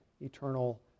eternal